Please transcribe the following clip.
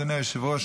אדוני היושב-ראש,